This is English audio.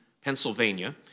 Pennsylvania